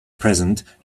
present